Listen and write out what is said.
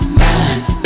mind